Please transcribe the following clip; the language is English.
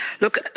Look